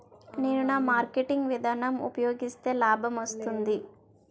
నేను ఏ మార్కెటింగ్ విధానం ఉపయోగిస్తే లాభం వస్తుంది?